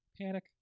panic